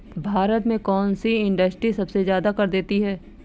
भारत में कौन सी इंडस्ट्री सबसे ज्यादा कर देती है?